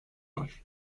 var